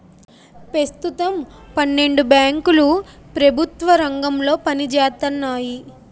పెస్తుతం పన్నెండు బేంకులు ప్రెభుత్వ రంగంలో పనిజేత్తన్నాయి